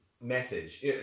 message